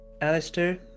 Alistair